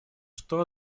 что